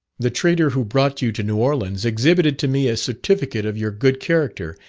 the trader who brought you to new orleans exhibited to me a certificate of your good character,